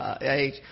age